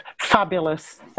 fabulous